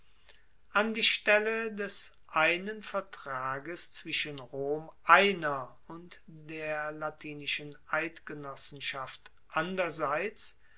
an die stelle des einen vertrages zwischen rom einer und der latinischen eidgenossenschaft anderseits